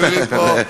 יולי פה.